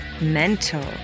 Mental